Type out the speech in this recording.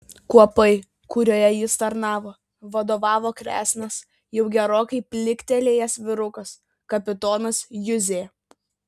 kuopai kurioje jis tarnavo vadovavo kresnas jau gerokai pliktelėjęs vyrukas kapitonas juzė